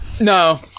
no